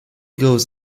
goes